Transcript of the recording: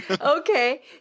Okay